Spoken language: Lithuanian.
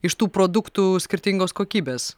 iš tų produktų skirtingos kokybės